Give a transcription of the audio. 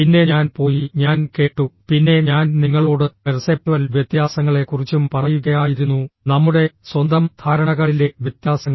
പിന്നെ ഞാൻ പോയി ഞാൻ കേട്ടു പിന്നെ ഞാൻ നിങ്ങളോട് പെർസെപ്ച്വൽ വ്യത്യാസങ്ങളെക്കുറിച്ചും പറയുകയായിരുന്നു നമ്മുടെ സ്വന്തം ധാരണകളിലെ വ്യത്യാസങ്ങൾ